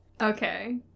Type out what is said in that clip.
Okay